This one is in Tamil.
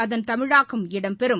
அதன் தமிழாக்கம் இடம்பெறும்